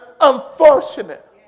unfortunate